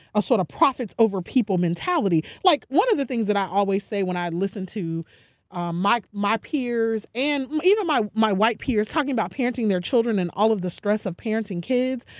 a sort of profits over people mentality. like one of the things that i always say when i listen to um my my peers and even my my white peers talking about parenting their children and all of the stress parenting kids.